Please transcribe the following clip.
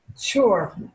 sure